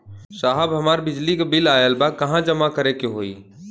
साहब हमार बिजली क बिल ऑयल बा कहाँ जमा करेके होइ?